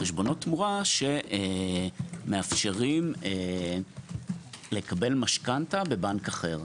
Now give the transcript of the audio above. חשבונות תמורה שמאפשרים לקבל משכנתא בבנק אחר.